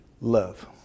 love